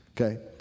Okay